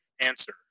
answer